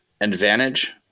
advantage